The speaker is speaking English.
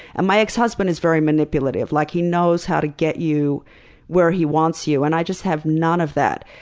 and my ex-husband is very manipulative. like he knows how to get you where he wants you. and i just have none of that.